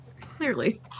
Clearly